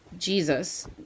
Jesus